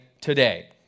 today